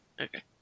Okay